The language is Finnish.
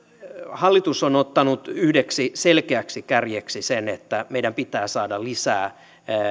hallitus on ottanut yhdeksi selkeäksi kärjeksi sen että meidän pitää saada lisää